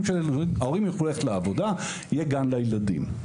יוכלו ללכת לעבודה ויהיה גן לילדים.